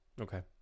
Okay